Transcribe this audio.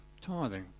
tithing